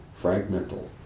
fragmental